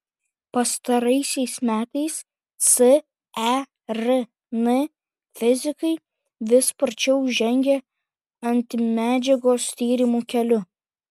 pastaraisiais metais cern fizikai vis sparčiau žengia antimedžiagos tyrimų keliu